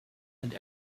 and